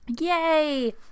Yay